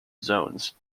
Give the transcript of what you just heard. zones